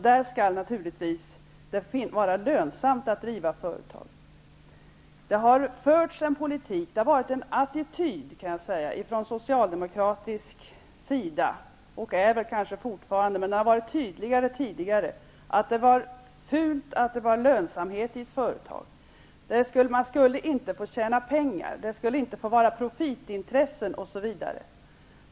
Där skall det naturligtvis vara lönsamt att driva företag. Det har funnits en attityd från socialdemokratisk sida -- den finns väl kanske fortfarande, men den har varit tydligare tidigare -- att se lönsamhet i företag som någonting fult. Man skulle inte få tjäna pengar, det skulle inte få finnas profitintressen, osv.